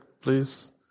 please